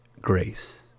grace